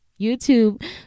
youtube